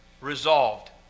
resolved